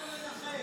תני לי רגע לנחש,